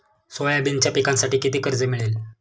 सोयाबीनच्या पिकांसाठी किती कर्ज मिळेल?